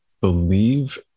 believe